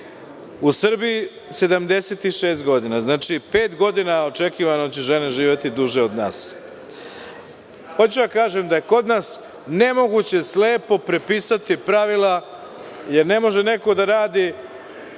u Srbiji 76 godina. Znači, pet godina je očekivano da će žene živeti duže od nas. Hoću da kažem da je kod nas nemoguće slepo prepisati pravila jer ne može neko da radi